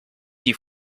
die